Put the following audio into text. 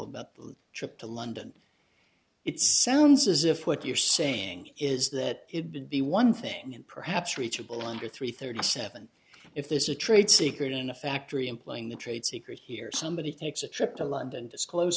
the trip to london it sounds as if what you're saying is that it would be one thing and perhaps reachable under three thirty seven if there's a trade secret in a factory employing the trade secret here somebody takes a trip to london disclose